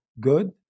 good